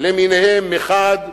למיניהם מחד,